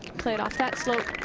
played off that slope.